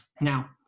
Now